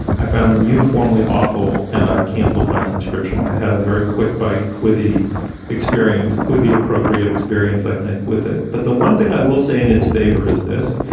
i found them uniformly awful and i cancelled my subscription. i had a very quick bite. quippy experience. quippy appropriate experience, i think, with it but the one thing i will say in its favor is this.